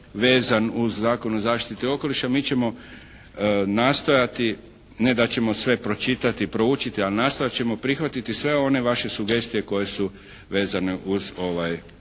vezan uz Zakon o zaštiti okoliša. Mi ćemo nastojati, ne da ćemo sve pročitati i proučiti ali nastojat ćemo prihvatiti sve one vaše sugestije koje su vezane uz ovaj zakon.